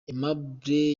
aimable